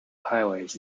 highways